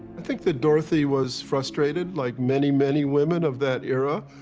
i think that dorothy was frustrated, like many, many women of that era.